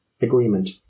agreement